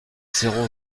zéro